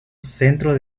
centro